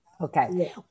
Okay